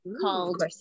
called